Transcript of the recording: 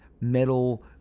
metal